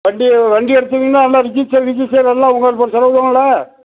வண்டி வண்டி எடுத்ததுமே அந்த ரிஜிஸ்டர் ரிஜிஸ்டர் எல்லாம் அவங்க